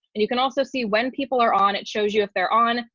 and you can also see when people are on it shows you if they're on,